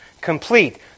complete